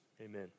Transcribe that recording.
amen